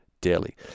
daily